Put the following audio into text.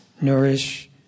Nourish